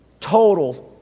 total